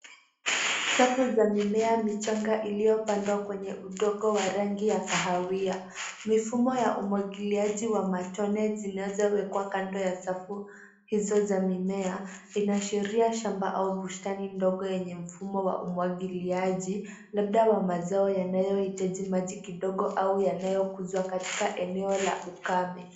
Safu za mimea michanga iliyopandwa kwenye udongo wa rangi ya kahawia. Mifumo ya umwagiliaji wa matone zinazowekwa kando ya safu hizo za mimea , inaashiria shamba au bustani yenye mfumo wa umwagiliaji, labda wa mazao yanayohitaji maji kidogo au yanayokuzwa katika eneo la ukame.